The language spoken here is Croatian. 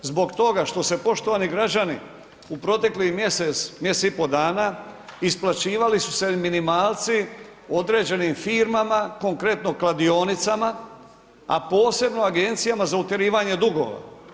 Zbog toga što se, poštovani građani, u proteklih mjesec, mjesec i po dana isplaćivali su se minimalci određenim firmama, konkretno kladionicama, a posebno Agencijama za utjerivanje dugova.